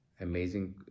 amazing